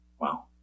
Wow